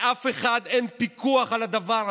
לאף אחד אין פיקוח על הדבר הזה.